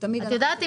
את יודעת,